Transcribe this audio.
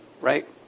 right